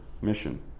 mission